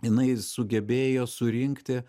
jinai sugebėjo surinkti